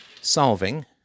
solving